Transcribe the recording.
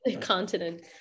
continent